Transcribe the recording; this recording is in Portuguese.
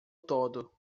todo